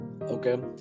okay